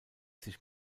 sich